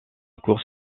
course